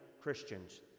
Christians